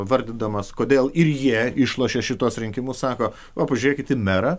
vardindamas kodėl ir jie išlošė šituos rinkimus sako o pažiūrėkit į merą